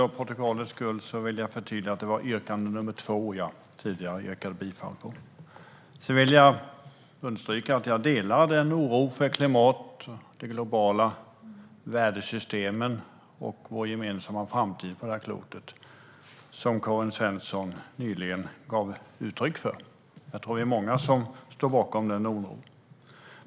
Herr talman! Jag vill understryka att jag delar den oro för klimatet, de globala vädersystemen och vår gemensamma framtid på detta klot som Karin Svensson Smith nyligen gav uttryck för. Jag tror att det är många som står bakom den oron.